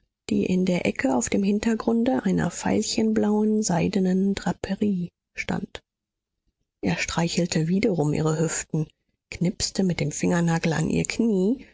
die in der ecke auf dem hintergrunde einer veilchenblauen seidenen draperie stand er streichelte wiederum ihre hüften knipste mit dem fingernagel an ihr knie